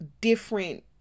different